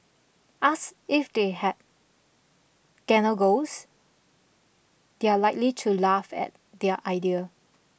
ask if they had gan know goals they are likely to laugh at their idea